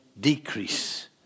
decrease